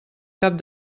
cap